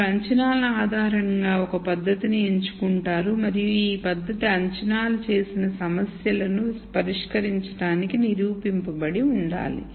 మీరు అంచనాల ఆధారంగా ఒక పద్ధతి ని ఎంచుకుంటారు మరియు ఈ పద్ధతి అంచనాలు చేసిన సమస్యలను పరిష్కరించడానికి నిరూపించబడి ఉండాలి